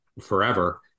forever